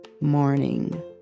morning